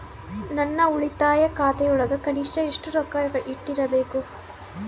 ನನ್ನ ಉಳಿತಾಯ ಖಾತೆಯೊಳಗ ಕನಿಷ್ಟ ಎಷ್ಟು ರೊಕ್ಕ ಇಟ್ಟಿರಬೇಕು?